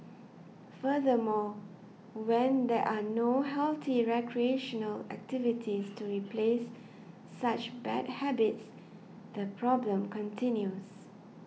furthermore when there are no healthy recreational activities to replace such bad habits the problem continues